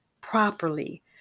properly